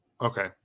okay